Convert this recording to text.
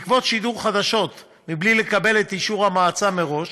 בעקבות שידור חדשות בלי לקבל את אישור המועצה מראש,